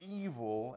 evil